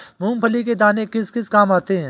मूंगफली के दाने किस किस काम आते हैं?